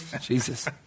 Jesus